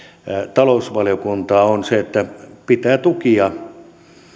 talousvaliokuntaa on se että pitää mahdollistaa tukia